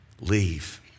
Leave